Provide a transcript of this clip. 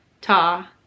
ta